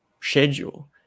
schedule